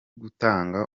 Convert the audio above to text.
gutanga